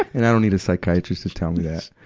and i don't need a psychiatrist to tell me that.